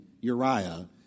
Uriah